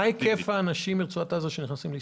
מה ההיקף האנשים מרצועת עזה שנכנסים לישראל?